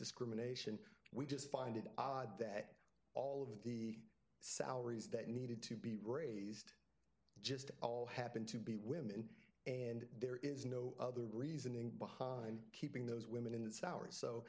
discrimination we just find it odd that all of the salaries that needed to be raised just all happen to be women and there is no other reasoning behind keeping those women in th